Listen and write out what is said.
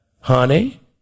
Honey